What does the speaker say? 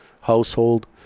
household